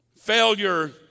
Failure